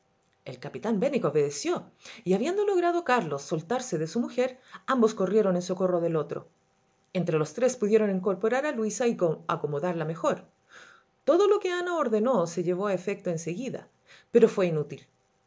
el capitán bemvick obedeció y habiendo logrado carlos soltarse de su mujer ambos corrieron en socorro del otro entre los tres pudieron incorporar a luisa y acomodarla mejor todo lo que ana ordenó se llevó a efecto en seguida pero fué inútil en